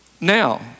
Now